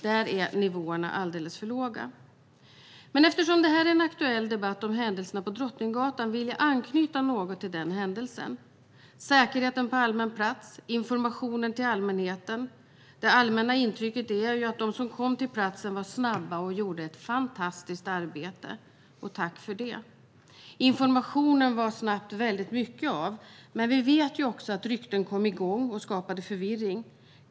Där är nivåerna alldeles för låga. Eftersom det här är en aktuell debatt om händelserna på Drottninggatan vill jag anknyta något till den händelsen. Det gäller säkerheten på allmän plats och informationen till allmänheten. Det allmänna intrycket är att de som kom till platsen var snabba och gjorde ett fantastiskt arbete. Tack för det! Information blev det snabbt väldigt mycket av, men vi vet också att rykten kom igång och skapade förvirring.